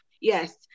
yes